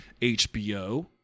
HBO